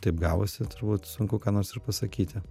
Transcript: taip gavosi turbūt sunku ką nors ir pasakyti